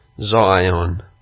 Zion